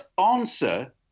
answer